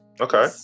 okay